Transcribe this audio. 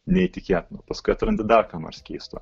neįtikėtina paskui atrandi dar ką nors keisto